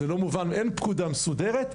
זה לא מובן, אין פקודה מסודרת.